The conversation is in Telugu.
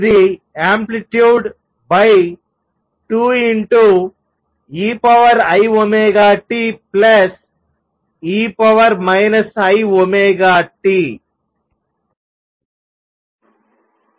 ఇది యాంప్లిట్యూడ్ 2 ei⍵t e i⍵t